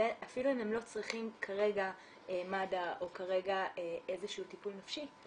אפילו אם הם לא צריכים כרגע מד"א או כרגע איזה שהוא טיפול נפשי,